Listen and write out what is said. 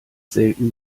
selten